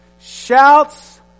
Shouts